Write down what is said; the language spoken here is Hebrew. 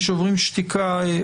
במקרים שבהם מעשים שלא ייעשו מתרחשים,